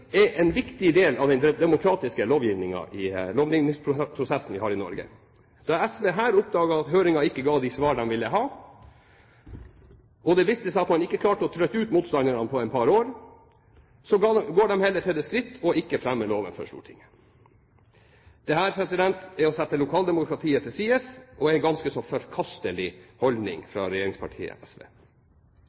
er en viktig del av den demokratiske lovgivningsprosessen vi har i Norge. Da SV her oppdaget at høringen ikke ga de svar de ville ha, og det viste seg at man ikke klarte å trøtte ut motstanderne på et par år, gikk de heller til det skritt ikke å fremme loven for Stortinget. Dette er å sette lokaldemokratiet til side, og er en ganske så forkastelig holdning fra